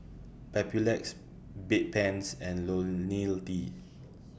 Papulex Bedpans and Ionil T